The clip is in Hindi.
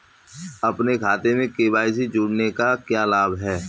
अपने खाते में के.वाई.सी जोड़ने का क्या लाभ है?